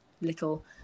little